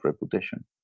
reputation